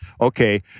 Okay